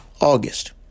August